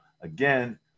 again